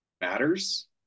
matters